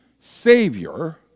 Savior